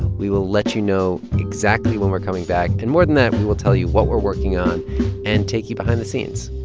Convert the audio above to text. we will let you know exactly when we're coming back. and more than that, we will tell you what we're working on and take you behind the scenes